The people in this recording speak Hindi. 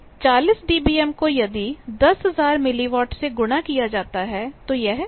10 log10 40dBm 40 dBm को यदि 10000 मिलीवाट से गुणा किया जाता है तो यह 4 होगा